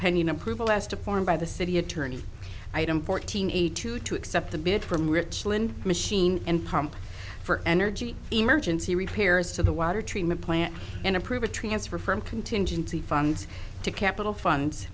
pending approval as to form by the city attorney item fourteen eighty two to accept the bid from richland machine and pump for energy emergency repairs to the water treatment plant and approve a transfer from contingency funds to capital funds